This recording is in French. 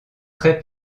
très